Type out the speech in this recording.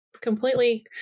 completely